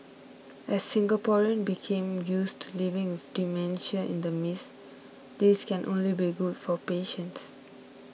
as Singaporeans became used to living with dementia in the midst this can only be good for patients